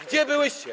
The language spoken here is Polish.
Gdzie byłyście?